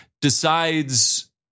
decides